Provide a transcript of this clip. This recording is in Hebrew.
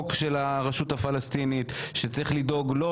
היא אומרת את זה בחוק של הרשות הפלסטינית שצריך לדאוג לו,